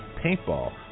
paintball